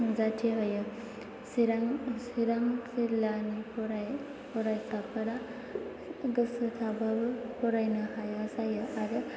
नुजाथिहोयो चिरां जिल्लानि फरायसाफोरा गोसो थाब्लाबो फरायनो हाया जायो आरो